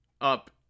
up